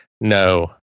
no